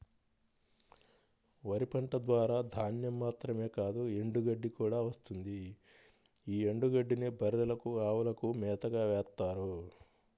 వరి పంట ద్వారా ధాన్యం మాత్రమే కాదు ఎండుగడ్డి కూడా వస్తుంది యీ ఎండుగడ్డినే బర్రెలకు, అవులకు మేతగా వేత్తారు